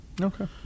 Okay